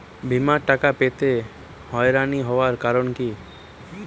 বিমার টাকা পেতে হয়রানি হওয়ার কারণ কি?